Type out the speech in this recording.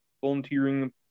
volunteering